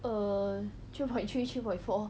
err three point three three point four